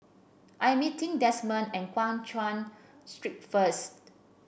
I'm meeting Desmond at Guan Chuan Street first